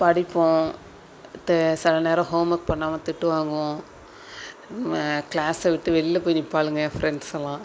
படிப்போம் த சில நேரம் ஹோம் ஒர்க் பண்ணாமல் திட்டு வாங்குவோம் கிளாஸ விட்டு வெளில போய் நிற்பாளுங்க என் ஃப்ரெண்ட்ஸெல்லாம்